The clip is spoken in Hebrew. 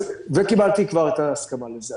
וקיבלתי כבר את ההסכמה לזה.